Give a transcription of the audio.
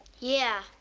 yeah,